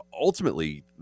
Ultimately